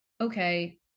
okay